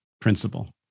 principle